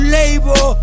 label